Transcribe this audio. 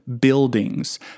buildings